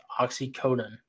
oxycodone